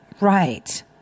right